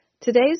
Today's